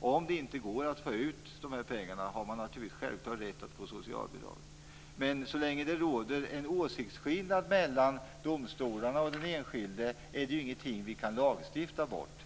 om det inte går att få ut pengarna har man självklart rätt att få socialbidrag. Men så länge det råder en åsiktsskillnad mellan domstolarna och den enskilde är detta dessvärre ingenting som vi kan lagstifta bort.